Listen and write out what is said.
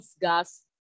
gas